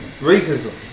racism